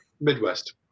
Midwest